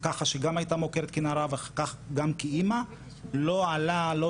כולנו המומות וכואבות על השבוע האחרון ובכלל על הרשימה שלא מפסיקה